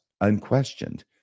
unquestioned